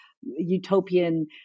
utopian